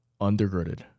undergirded